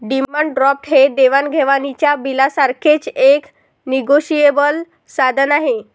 demand draft हे देवाण घेवाणीच्या बिलासारखेच एक निगोशिएबल साधन आहे